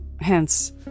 hence